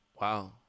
Wow